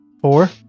Four